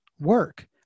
work